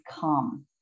come